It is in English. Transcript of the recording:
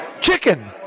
chicken